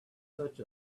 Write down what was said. such